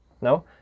No